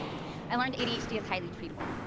i learned adhd is highly treatable.